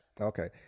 Okay